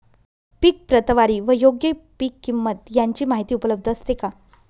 पीक प्रतवारी व योग्य पीक किंमत यांची माहिती उपलब्ध असते का?